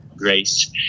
grace